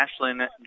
Ashlyn